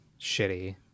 shitty